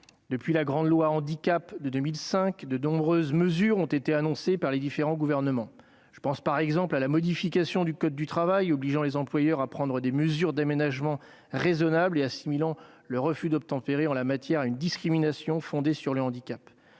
Depuis la grande loi sur le handicap de 2005, de nombreuses mesures ont été annoncées par les différents gouvernements. Je pense par exemple à la modification du code du travail obligeant les employeurs à prendre des mesures d'aménagement raisonnables et assimilant le refus d'obtempérer en la matière à une discrimination fondée sur le handicap.